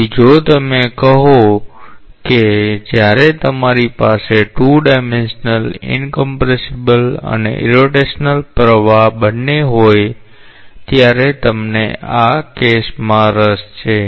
તેથી જો તમે કહો છો કે જ્યારે તમારી પાસે 2 ડાયમેન્સનલ ઈનકમ્પ્રેસિબલ અને ઇરરોટેશનલ પ્રવાહ બંને હોય ત્યારે તમને આ કેસમાં રસ છે